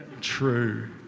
true